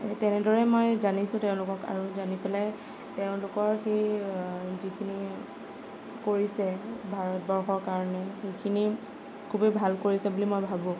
এই তেনেদৰেই মই জানিছো তেওঁলোকক আৰু জানি পেলাই তেওঁলোকৰ সেই যিখিনি কৰিছে ভাৰতবৰ্ষৰ কাৰণে সেইখিনি খুবেই ভাল কৰিছে বুলি মই ভাবোঁ